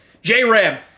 J-Ram